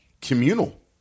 Communal